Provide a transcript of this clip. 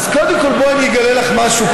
אז קודם כול בואי אני אגלה לך משהו,